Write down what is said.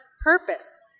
purpose